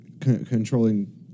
controlling